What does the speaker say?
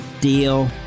deal